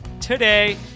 today